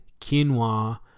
quinoa